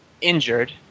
injured